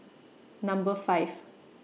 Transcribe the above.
Number five